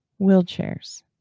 wheelchairs